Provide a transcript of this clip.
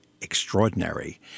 extraordinary